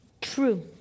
True